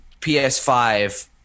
PS5